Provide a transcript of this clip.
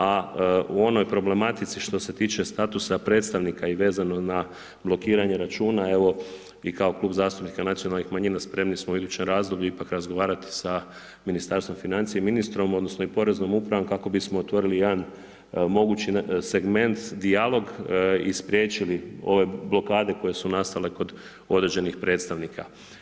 A u onoj problematici što se tiče statusa predstavnika i vezano na blokiranje računa, evo i kao Klub zastupnika nacionalnih manjina, spremni smo u idućem razdoblju ipak razgovarati sa Ministarstvom financija i ministrom, odnosno, Poreznom upravom kako bismo otvorili jedna mogući segment, dijalog i spriječili ove blokade koje su nastale kod određenih predstavnika.